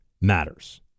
matters